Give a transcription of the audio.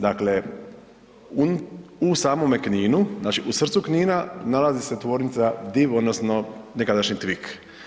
Dakle, u samome Kninu, znači u srcu Knina nalazi se tvornica DIV odnosno nekadašnji TVIK.